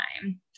time